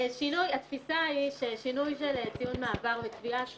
התפיסה היא ששינוי של ציון מעבר, וקביעה